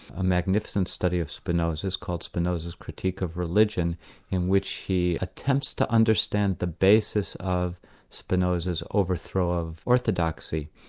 a magnificent study of spinoza, called spinoza's critique of religion in which he attempts to understand the basis of spinoza's overthrow of orthodoxy.